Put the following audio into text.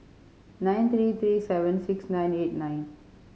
nine three three seven six nine eight nine